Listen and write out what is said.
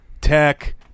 Tech